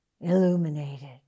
illuminated